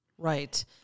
Right